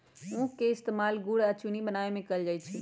उख के इस्तेमाल गुड़ आ चिन्नी बनावे में कएल जाई छई